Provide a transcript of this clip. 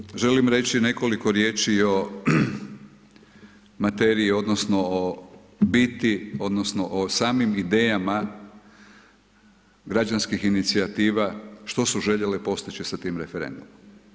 Naravno, želim reći nekoliko riječi o materiji odnosno o biti odnosno o samim idejama građanskih inicijativa što su željele postići sa tim referendumom.